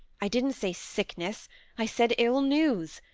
i didn't say sickness i said ill news.